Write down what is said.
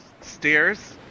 stairs